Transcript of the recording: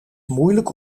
moeilijk